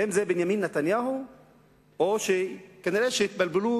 האם זה בנימין נתניהו או, כנראה התבלבלו